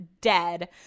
dead